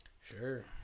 Sure